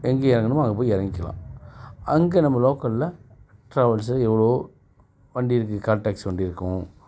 எங்கே இறங்கணுமோ அங்கே போய் எறங்கிக்கிலாம் அங்கே நம்ம லோக்கலில் ட்ராவல்ஸ் எவ்வளவோ வண்டி இருக்குது கால் டாக்ஸி வண்டி இருக்கும்